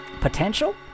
potential